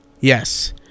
Yes